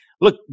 look